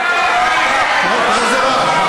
תראה איזה רעש.